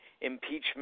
impeachment